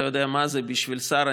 אתה יודע מה זה בשביל שר,